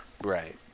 Right